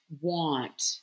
want